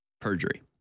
perjury